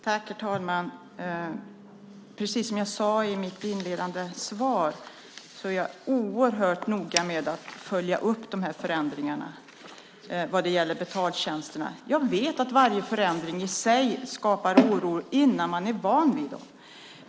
Herr talman! Precis som jag sade i mitt svar är jag oerhört noga med att följa upp förändringarna vad gäller betaltjänsterna. Jag vet att varje förändring i sig skapar oro innan man är van vid dem.